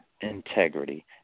integrity